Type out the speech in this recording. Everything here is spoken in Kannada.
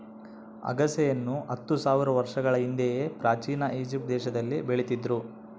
ಅಗಸೆಯನ್ನು ಹತ್ತು ಸಾವಿರ ವರ್ಷಗಳ ಹಿಂದೆಯೇ ಪ್ರಾಚೀನ ಈಜಿಪ್ಟ್ ದೇಶದಲ್ಲಿ ಬೆಳೀತಿದ್ರು